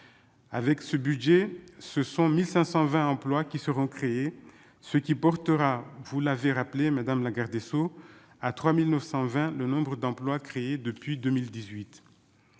avec ce budget, ce sont 1520 emplois qui seront créés, ce qui portera, vous l'avez rappelé madame la garde des Sceaux à 3920 le nombre d'emplois créés depuis 2018,